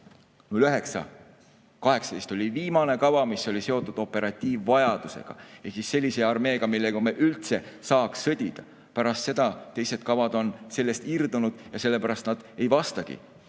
2009–2018, oli viimane kava, mis oli seotud operatiivvajadusega ehk sellise armeega, millega me üldse saaks sõdida. Pärast seda tehtud kavad on sellest irdunud ja sellepärast nad ei vastagi